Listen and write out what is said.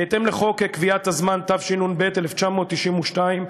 בהתאם לחוק קביעת הזמן, התשנ"ב 1992,